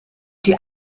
die